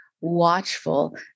watchful